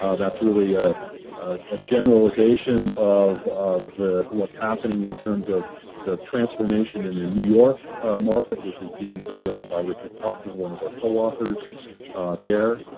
that's really a ah generalization of what's happening in terms of the transformation in the new york market, which is being driven by richard kauffman, one of our co-authors there.